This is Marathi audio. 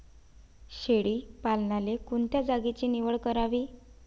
शेळी पालनाले कोनच्या जागेची निवड करावी?